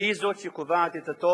היא זאת שקובעת את הטון,